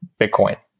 Bitcoin